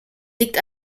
liegt